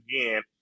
again